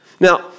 Now